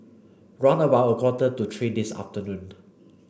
round about a quarter to three this afternoon